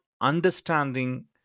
understanding